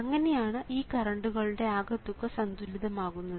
അങ്ങനെയാണ് ഈ കറണ്ടുകളുടെ ആകെത്തുക സന്തുലിതമാകുന്നത്